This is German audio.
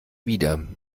wieder